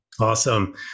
Awesome